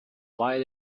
while